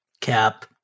cap